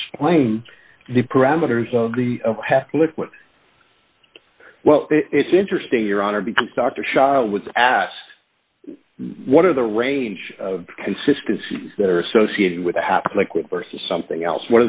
explain the parameters of the liquid well it's interesting your honor because dr shah was asked what are the range of consistency that are associated with a half liquid versus something else